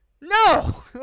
No